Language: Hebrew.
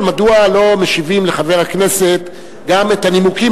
מדוע לא משיבים לחבר הכנסת גם את הנימוקים,